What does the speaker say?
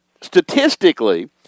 statistically –